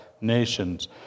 nations